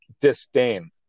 disdain